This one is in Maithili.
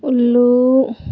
उल्लू